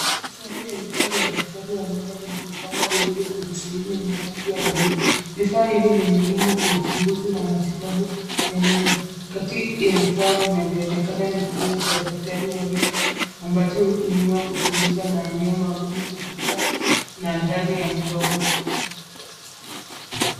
Safu ya vifaa vya daktari wa meno vilivyopangwa vizuri kwenye sehemu yenye rangi ya buluu. Vifaa hivi ni muhimu kwa uchunguzi na matibabu ya meno. Kati ya vifaa vinavyoonekana ni kioo wa daktari wa meno ambacho hutumiwa kuchunguza maeneo magumu kufikia na ndani ya mdomo.